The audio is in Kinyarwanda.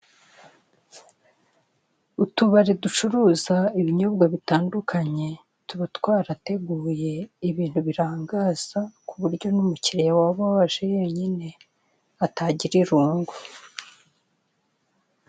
Utubari ducuruza ibinyobwa bitandukanye, tuba twarateguye ibintu birangaza ku buryo n'umukiriya waba yaje wenyine, atagira irungu.